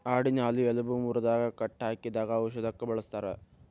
ಆಡಿನ ಹಾಲು ಎಲಬ ಮುರದಾಗ ಕಟ್ಟ ಹಾಕಿದಾಗ ಔಷದಕ್ಕ ಬಳಸ್ತಾರ